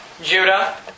Judah